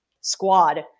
squad